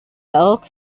elk